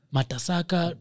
Matasaka